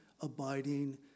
abiding